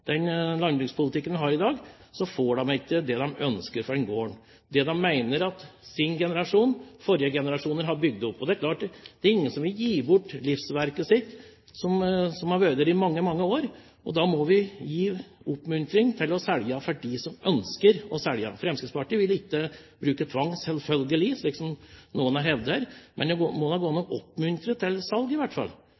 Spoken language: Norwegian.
får de ikke det de ønsker for gården – for det de mener deres generasjon og tidligere generasjoner har bygd opp. Det er klart at ingen vil gi bort livsverket sitt, det som har vært der i mange år. Da må vi oppmuntre til salg overfor dem som ønsker å selge. Fremskrittspartiet vil selvfølgelig ikke bruke tvang, slik noen har hevdet. Men det må da iallfall gå